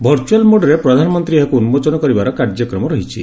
virtual ମୋଡ୍ରେ ପ୍ରଧାନମନ୍ତ୍ରୀ ଏହାକୁ ଉନ୍କୋଚନ କରିବାର କାର୍ଯ୍ୟକ୍ରମ ରହିଛି